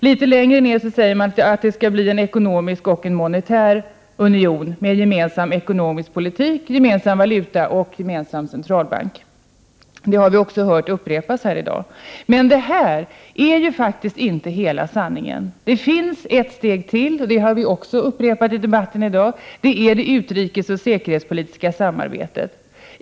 Litet lägre ner står det att det skall bli en ekonomisk och en monetär union med gemensam ekonomisk politik, gemensam valuta och gemensam centralbank. Det har vi också hört upprepas här i dag. Men detta är faktiskt inte hela sanningen. Det finns ett steg till, och det har också sagts i debatten i dag, nämligen det utrikesoch säkerhetspolitiska samarbetet.